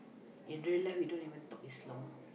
in real life we don't even talk this long